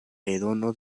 redono